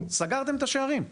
סגרתם את השערים.